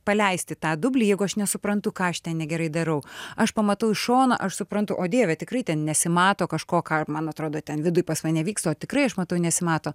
paleisti tą dublį jeigu aš nesuprantu ką aš ten negerai darau aš pamatau iš šona aš suprantu o dieve tikrai ten nesimato kažko ką man atrodo ten viduj pas mane vyksta o tikrai aš matau nesimato